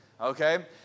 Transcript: Okay